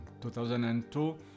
2002